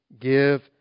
Give